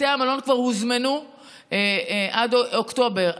בתי המלון כבר הוזמנו עד אוקטובר.